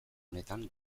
honetan